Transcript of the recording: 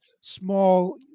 small